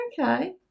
okay